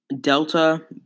Delta